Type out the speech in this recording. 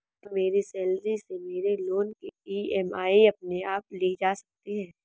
क्या मेरी सैलरी से मेरे लोंन की ई.एम.आई अपने आप ली जा सकती है?